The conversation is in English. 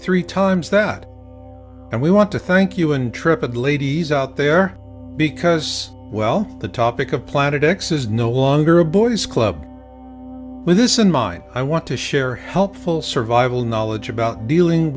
three times that and we want to thank you and trip and ladies out there because well the topic of planet x is no longer a boys club with this in mind i want to share helpful survival knowledge about dealing